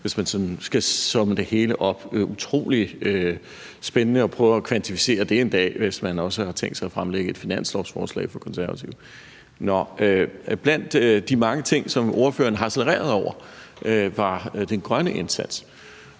det, man sagde, og det ville være utrolig spændende at prøve at kvantificere det en dag, hvis man også har tænkt sig at fremlægge et finanslovsforslag fra Konservatives side – nå. Blandt de mange ting, som ordføreren harcelerede over, var den grønne indsats.